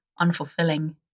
unfulfilling